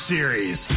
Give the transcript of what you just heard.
Series